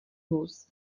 vůz